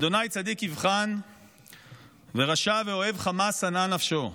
"ה' צדיק יבחן ורשע ואֹהֵב חמס שנאה נפשו.